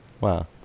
wow